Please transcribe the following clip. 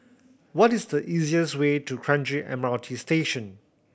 what is the easiest way to Kranji M R T Station